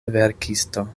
verkisto